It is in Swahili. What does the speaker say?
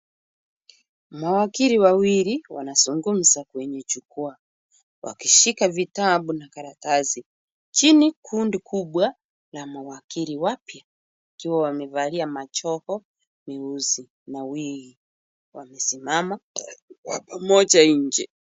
Mawakili wawili wanazungumza kwenye jukwaa, wakishika vitabu na karatasi. Chini, kundi kubwa la mawakili wapya wakiwa wamevalia majoho meusi na pia wamesimama kwa pamoja nje.